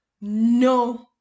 no